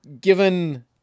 given